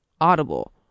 Audible